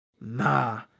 Nah